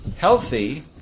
healthy